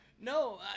No